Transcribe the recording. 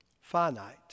finite